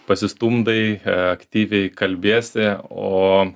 pasistumdai aktyviai kalbiesi o